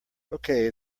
okay